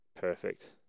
perfect